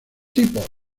tipos